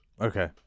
Okay